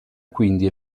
quindi